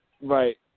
Right